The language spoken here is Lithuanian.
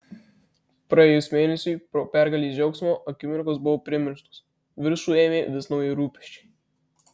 praėjus mėnesiui po pergalės džiaugsmo akimirkos buvo primirštos viršų ėmė vis nauji rūpesčiai